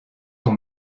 ton